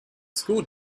school